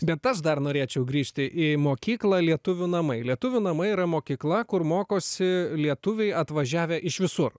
bet aš dar norėčiau grįžti į mokyklą lietuvių namai lietuvių namai yra mokykla kur mokosi lietuviai atvažiavę iš visur